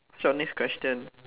sure next question